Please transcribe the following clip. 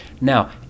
Now